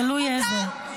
קריאות: --- תלוי איזה.